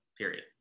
period